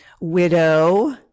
widow